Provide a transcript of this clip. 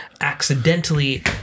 accidentally